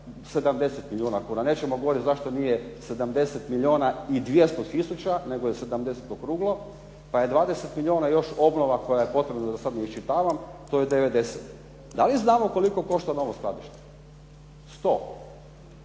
70 milijuna kuna, nećemo govoriti zašto nije 70 milijuna i 200 tisuća nego je 70 okruglo pa je 20 milijuna još obnova koja je potrebna, da sada ne iščitavam, to je 90. Da li znamo koliko košta novo skladište? 100.